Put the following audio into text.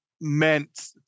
meant